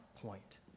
point